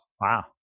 Wow